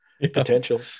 potential